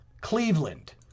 Cleveland